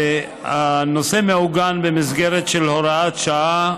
הנושא מעוגן במסגרת הוראת שעה,